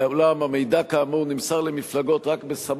אני מתכבד להציג את הצעת חוק המפלגות (תיקון מס'